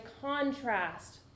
contrast